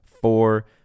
four